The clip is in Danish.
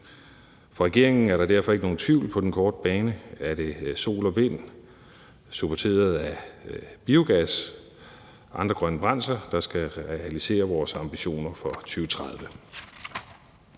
For regeringen er der derfor på den korte bane ikke nogen tvivl om, at det er sol- og vindenergi supporteret af biogas og andre grønne brændstoffer, der skal realisere vores ambitioner for 2030.